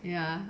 ya